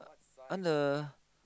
I want the